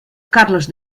carlos